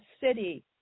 city